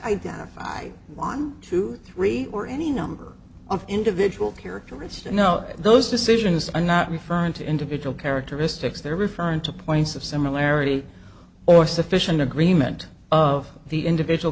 identify one two three or any number of individual characteristics no those decisions are not referring to individual characteristics they're referring to points of similarity or sufficient agreement of the individual